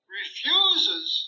refuses